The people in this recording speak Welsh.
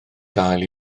gael